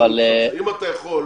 אם אתה יכול,